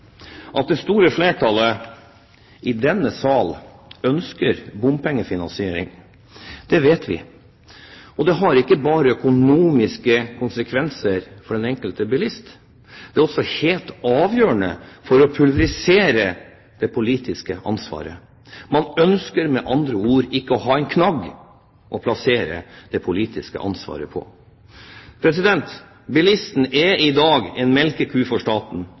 At det store flertallet i denne sal ønsker bompengefinansiering, vet vi. Det har ikke bare økonomiske konsekvenser for den enkelte bilist, det er også helt avgjørende for å pulverisere det politiske ansvaret. Man ønsker med andre ord ikke å ha en knagg å plassere det politiske ansvaret på. Bilisten er i dag en melkeku for staten.